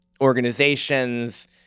organizations